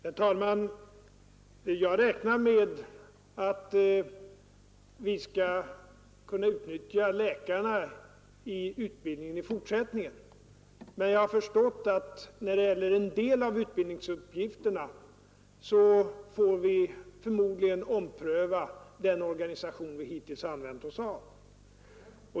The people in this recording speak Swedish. Herr talman! Jag räknar med att vi skall kunna utnyttja läkarna i utbildningen i fortsättningen, men jag har förstått att vi när det gäller en del av utbildningsuppgifterna förmodligen får ompröva den organisation vi hittills har använt oss av.